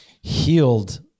healed